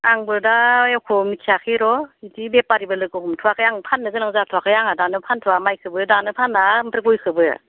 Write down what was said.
आंबो दा एख' मिथियाखै र' बिदि बेफारिबो लोगो हमथ'वाखै आं फान्नो गोनां जाथ'वाखै आंहा दानो फानथ'वा माइखौबो दानो फाना ओमफ्राय गयखौबो